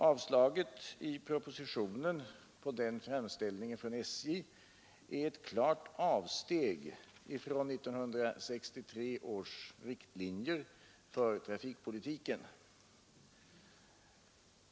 Avslaget i propositionen på den framställningen från SJ är ett klart avsteg från 1963 års riktlinjer för trafikpolitiken.